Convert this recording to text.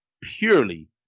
purely